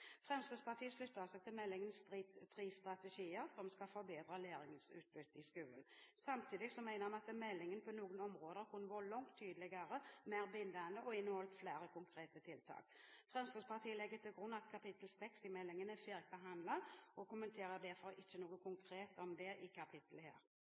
Fremskrittspartiet slutter seg til meldingens tre strategier, som skal forbedre læringsutbyttet i skolen. Samtidig mener vi at meldingen på noen områder kunne vært langt tydeligere, mer bindende og inneholdt flere konkrete tiltak. Fremskrittspartiet legger til grunn at kapittel 6 i meldingen er ferdig behandlet og kommenterer derfor ikke noe konkret om det kapitlet her.